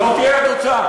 זו תהיה התוצאה.